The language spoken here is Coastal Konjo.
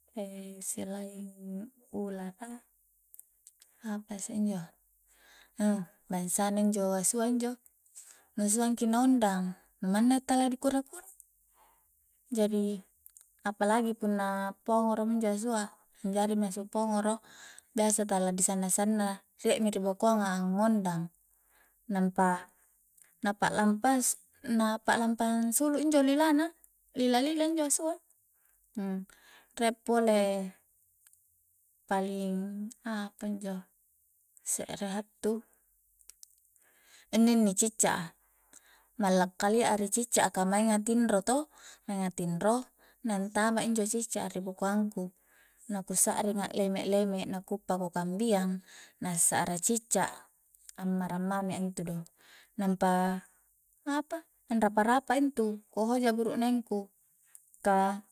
selaing ulara apasse injoe e bangsa na injo asua injo nu suang ki na ondang manna tala dikura-kura jari apalagi punna pongoro minjo asua anjari mi asu pongoro biasa tala di sanna-sanna rie mi ri bokoang a angngondang nampa na pa'lampa-na pa'lampa ansulu injo lila na lila-lila injo asua rie pole paling apanjo se're hattu inni-inni cicca a malla kaia a ri cicca a ka maing a tinro to mainga tinro na antama injo cicca a ri bokoang ku na ku sa'ring a'leme-leme na ku uppa ku kambiang na sa'ra cicca ammarang mami a intu do nampa apa anrapa-rapa a intu ku hoja burukneng ku ka